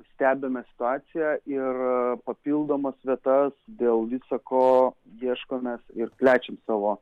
stebime situaciją ir papildomas vietas dėl visa ko ieškomės ir plečiam savo